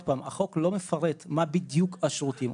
החוק לא מפרט מה בדיוק השירותים,